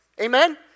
Amen